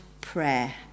prayer